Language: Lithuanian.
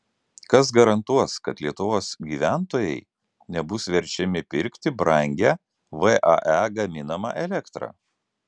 kas garantuos kad lietuvos gyventojai nebus verčiami pirkti brangią vae gaminamą elektrą